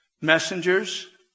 messengers